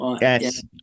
Yes